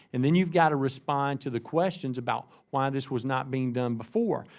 and then you've got to respond to the questions about why this was not being done before.